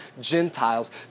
Gentiles